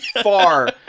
far